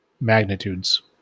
magnitudes